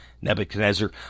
Nebuchadnezzar